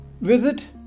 Visit